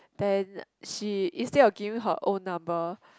then she instead of giving her own number